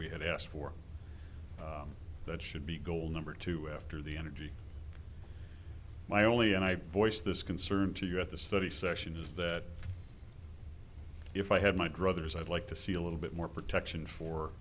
we had asked for that should be goal number two after the energy my only and i voiced this concern to you at the study session is that if i had my druthers i'd like to see a little bit more protection